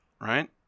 right